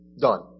done